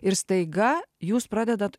ir staiga jūs pradedat